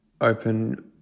open